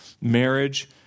marriage